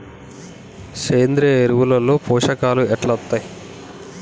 సేంద్రీయ ఎరువుల లో పోషకాలు ఎట్లా వత్తయ్?